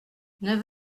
neuf